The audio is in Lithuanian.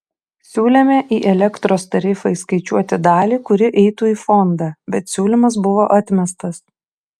siūlėme į elektros tarifą įskaičiuoti dalį kuri eitų į fondą bet siūlymas buvo atmestas